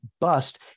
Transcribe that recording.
bust